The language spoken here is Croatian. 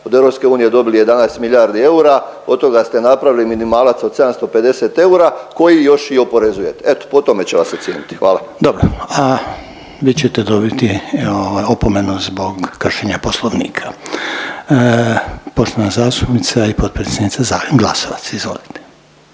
od EU dobili 11 milijardi eura, od toga ste napravili minimalac od 750 eura koji još i oporezujete. Eto po tome ćete vas ocijeniti. Hvala. **Reiner, Željko (HDZ)** Dobro, vi ćete dobiti opomenu zbog kršenja poslovnika. Poštovana zastupnica i potpredsjednica Glasovac, izvolite.